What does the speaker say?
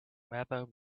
matter